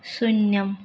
शून्यम्